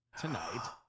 tonight